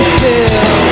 feel